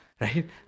right